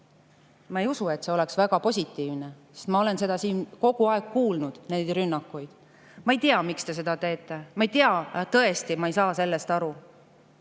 saalis minu poole oleks väga positiivne, sest ma olen siin kogu aeg kuulnud neid rünnakuid. Ma ei tea, miks te seda teete. Ma ei tea, tõesti, ma ei saa sellest aru.